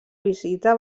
visita